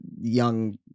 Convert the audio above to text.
young